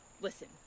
Listen